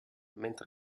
mentre